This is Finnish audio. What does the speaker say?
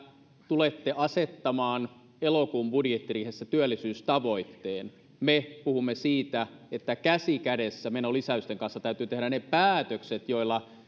tulette asettamaan elokuun budjettiriihessä työllisyystavoitteen me puhumme siitä että käsi kädessä menolisäysten kanssa täytyy tehdä ne päätökset joilla